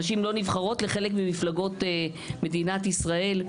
נשים לא נבחרות לחלק ממפלגות מדינת ישראל,